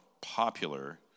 popular